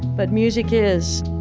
but music is